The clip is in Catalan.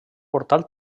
portal